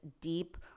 deep